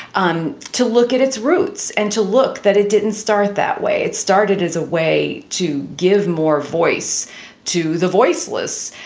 um to look at its roots and to look that it didn't start that way. it started as a way to give more voice to the voiceless,